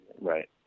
Right